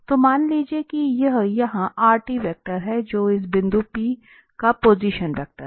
तो मान लीजिए कि यह यहां वेक्टर है जो इस बिंदु P का पोजीशन वेक्टर है